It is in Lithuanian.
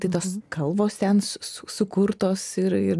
tai tos kalvos ten sukurtos ir ir